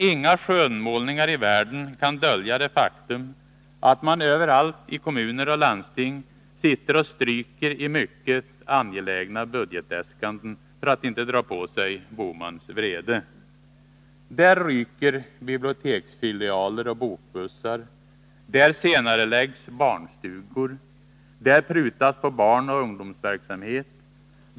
Inga skönmålningar i världen kan dölja det faktum att man överallt i kommuner och landsting sitter och stryker i mycket angelägna budgetäskanden för att inte dra på sig Bohmans vrede. Där ryker biblioteksfilialer och bokbussar. Där senareläggs barnstugor. Där prutas på barnoch ungdomsverksamhet.